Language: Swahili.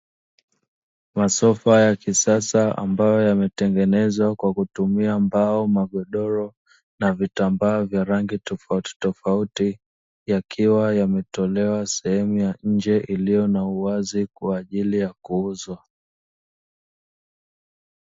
Masofa ya kisasa ambayo yametengenezwa kwa kutumia mbao, magodoro na vitambaa vya rangi tofautitofauti, yakiwa yametolewa sehemu ya nje iliyo na uwazi kwa ajili ya kuuzwa.